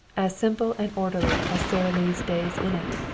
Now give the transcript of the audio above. as simple and orderly as sara lee's days in it.